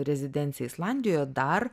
rezidencija islandijoje dar